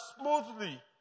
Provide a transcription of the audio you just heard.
smoothly